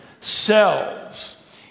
cells